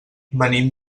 venim